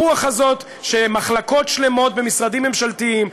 הרוח הזאת של מחלקות שלמות במשרדים ממשלתיים,